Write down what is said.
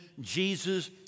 Jesus